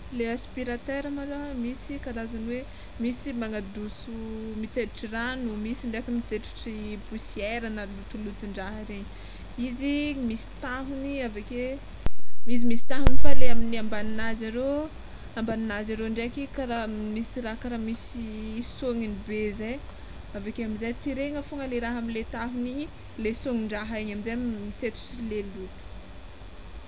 Le aspiratera malôha misy karazany hoe misy magnadoson mitsetsitry rano, misy ndraiky mitsetsitry posiera na lotolotondraha regny, izy misy tahony aveke izy misy tahony fa le amle ambaninazy arô ambaninazy arô ndraiky kara misy raha kara misy sogninibe zay aveke amizay tirena fôgna le raha amle tahony igny le sognindraha igny amizay mitsetsitry le loto.